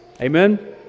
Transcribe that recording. Amen